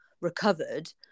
recovered